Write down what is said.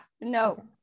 No